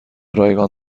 رایگان